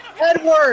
Edward